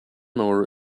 mower